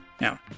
Now